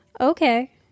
Okay